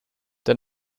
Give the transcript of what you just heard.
der